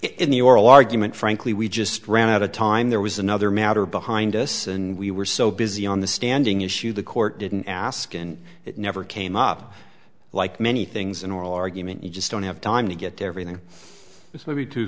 in the oral argument frankly we just ran out of time there was another matter behind us and we were so busy on the standing issue the court didn't ask and it never came up like many things in oral argument you just don't have time to get everything this would be too